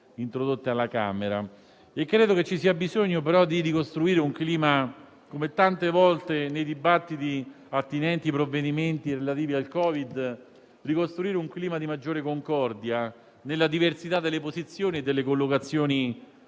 introdotte alla Camera. Credo che ci sia bisogno, però, di ricostruire un clima - come tante volte nei dibattiti attinenti ai provvedimenti relativi al Covid - di maggiore concordia nella diversità delle posizioni e delle collocazioni